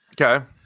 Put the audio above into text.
Okay